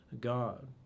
God